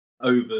over